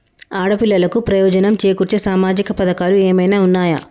ఆడపిల్లలకు ప్రయోజనం చేకూర్చే సామాజిక పథకాలు ఏమైనా ఉన్నయా?